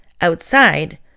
outside